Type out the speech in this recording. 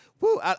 Woo